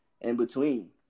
in-between